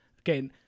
Okay